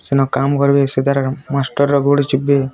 ସେନ୍ କାମ କରିବେ ସେ ତାକର୍ ମାଷ୍ଟ୍ରର୍ର ଗୋଡ଼୍ ଚିପିବେ